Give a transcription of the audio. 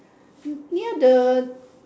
near the